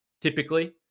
typically